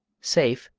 seyf,